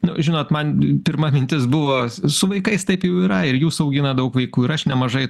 nu žinot man pirma mintis buvo su vaikais taip jau yra ir jūs auginat daug vaikų ir aš nemažai